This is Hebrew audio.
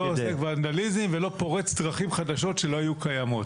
לא עוסק בוונדליזם ולא פורץ דרכים חדשות שלא היו קיימות.